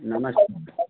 नमस्कार